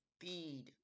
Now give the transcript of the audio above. feed